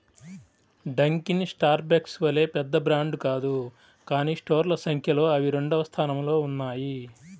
Dunkin Starbucks వలె పెద్ద brand కాదు కానీ స్టోర్ల సంఖ్యలో అవి రెండవ స్థానంలో ఉన్నాయి